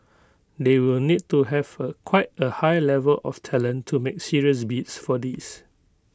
they will need to have A quite A high level of talent to make serious bids for these